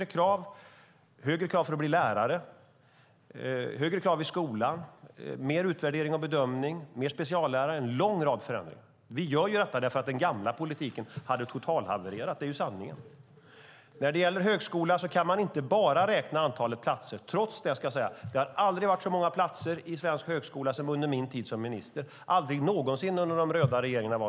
Det blir högre krav för att bli lärare, högre krav i skolan, mer utvärdering och bedömning, fler speciallärare, alltså en lång rad förändringar. Vi gör det för att den gamla politiken hade totalhavererat. Det är sanningen. När det gäller högskolan kan man inte bara räkna antalet platser. Trots det, ska jag säga, har det aldrig varit så många platser i svensk högskola som under min tid som minister, aldrig någonsin under de röda regeringarna.